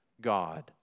God